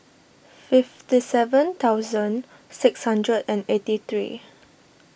fifty seven thousand six hundred and eighty three